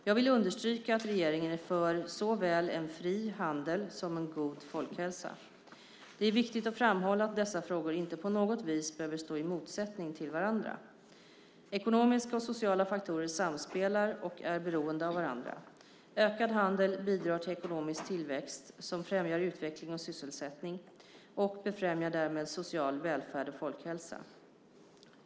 Jag vill understryka att regeringen är för såväl en fri handel som en god folkhälsa. Det är viktigt att framhålla att dessa frågor inte på något vis behöver stå i motsättning till varandra. Ekonomiska och sociala faktorer samspelar och är beroende av varandra: Ökad handel bidrar till ekonomisk tillväxt som främjar utveckling och sysselsättning och befrämjar därmed social välfärd och folkhälsa.